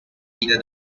either